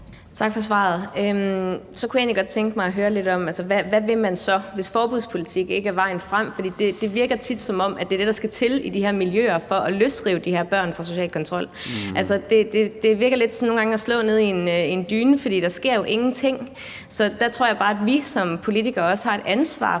Tak for svaret. Så kunne jeg egentlig godt tænke mig at høre lidt om, hvad man så vil, hvis forbudspolitik ikke er vejen frem. For det virker tit, som om det er det, der skal til i de her miljøer for at løsrive de her børn fra social kontrol. Det virker nogle gange lidt som at slå i en dyne, for der sker jo ingenting. Der tror jeg bare, at vi som politikere også har et ansvar for